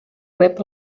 rep